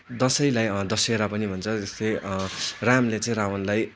दसैँलाई दसेरा पनि भन्छ जस्तै रामले चाहिँ रावणलाई